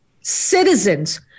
citizens